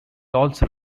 also